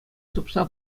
тупса